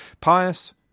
pious